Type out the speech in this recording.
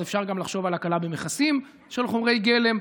אפשר גם לחשוב על הקלה במכסים של חומרי גלם,